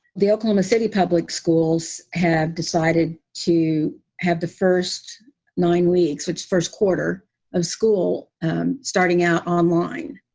the oklahoma city public schools have decided to have the first nine weeks, which first quarter of school starting out online.